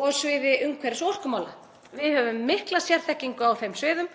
og á sviði umhverfis- og orkumála. Við höfum mikla sérþekkingu á þeim sviðum